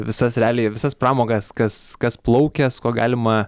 visas realiai visas pramogas kas kas plaukęs kuo galima